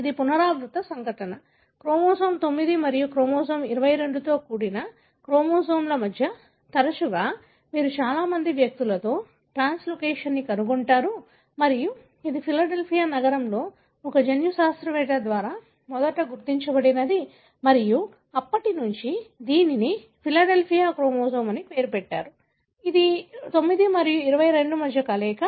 అది పునరావృత సంఘటన క్రోమోజోమ్ 9 మరియు క్రోమోజోమ్ 22 తో కూడిన క్రోమోజోమ్ల మధ్య తరచుగా మీరు చాలా మంది వ్యక్తులలో ట్రాన్స్లోకేషన్ను కనుగొంటారు మరియు ఇది ఫిలడెల్ఫియా నగరంలో ఒక జన్యుశాస్త్రవేత్త ద్వారా మొదట గుర్తించబడింది మరియు అప్పటి నుండి దీనిని ఫిలడెల్ఫియా క్రోమోజోమ్ అని పేరు పెట్టారు ఇది 9 మరియు 22 మధ్య కలయిక